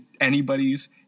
anybody's